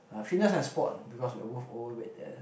uh fitnes and sport because we were both overweight then